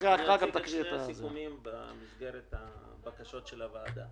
אני אציג את שני הסיכומים במסגרת הבקשות של הוועדה.